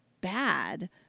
bad